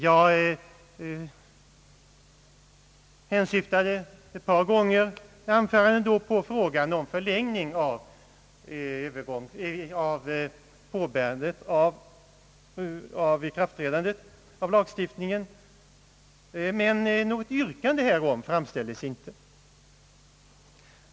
Jag hänsyftade ett par gånger i anföranden på frågan om uppskov med lagstiftningens ikraftträdande, men något yrkande härom framställdes icke av socialdemokraterna.